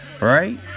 right